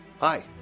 Hi